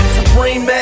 Supreme